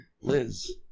Liz